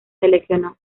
seleccionó